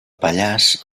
pallars